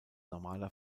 normaler